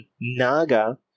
naga